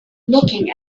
looking